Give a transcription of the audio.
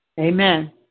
Amen